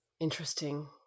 Interesting